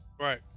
right